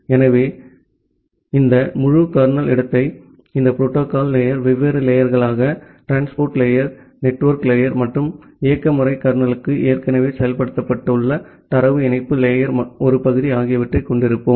ஆகவே இன்று இந்த முழு கர்னல் இடத்தையும் இந்த புரோட்டோகால் லேயர் வெவ்வேறு லேயர்கள் டிரான்ஸ்போர்ட் லேயர் நெட்வொர்க் லேயர் மற்றும் இயக்க முறைமை கர்னலுக்குள் ஏற்கனவே செயல்படுத்தப்பட்டுள்ள தரவு இணைப்பு லேயர் ஒரு பகுதி ஆகியவற்றைக் கொண்டிருப்போம்